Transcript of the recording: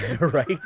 Right